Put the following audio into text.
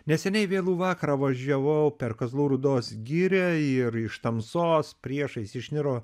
neseniai vėlų vakarą važiavau per kazlų rūdos girią ir iš tamsos priešais išniro